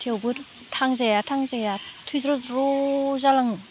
थेवबो थांजाया थांजाया थैज्र'ज्र' जालाङो